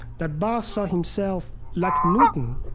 that bach saw himself like newton,